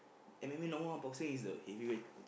M_M_A number one boxing is the heavyweight